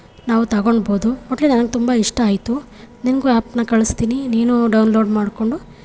ನಾವು ತಗೊಳ್ಬೋದು ನನಗೆ ತುಂಬ ಇಷ್ಟ ಆಯಿತು ನಿನಗೂ ಆ್ಯಪನ್ನ ಕಳಿಸ್ತೀನಿ ನೀನು ಡೌನ್ಲೋಡ್ ಮಾಡಿಕೊಂಡು